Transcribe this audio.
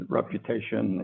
reputation